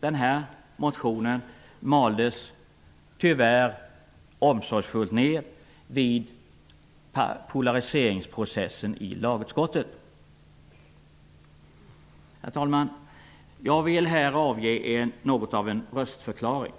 Min motion maldes tyvärr omsorgsfullt ned i polariseringsprocessen i lagutskottet. Herr talman! Jag vill här avge något av en röstförklaring.